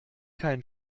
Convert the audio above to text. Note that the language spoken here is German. keinen